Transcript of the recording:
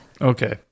Okay